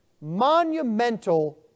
monumental